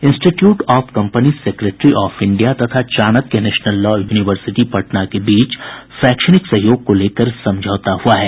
institute of company secretary of India तथा Chanakya national law university Patna के बीच शैक्षणिक सहयोग को लेकर समझौता हुआ है